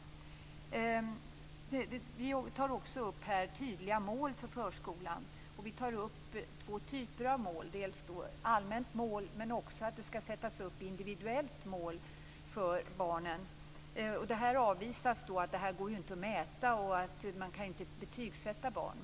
Vi tar också upp att det skall vara tydliga mål för förskolan. Det är två typer av mål för barnen, dels ett allmänt mål, dels ett individuellt mål. Detta avvisas med att det inte går att mäta, att man inte kan betygssätta barn.